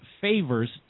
favors